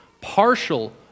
partial